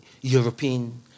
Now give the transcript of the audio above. European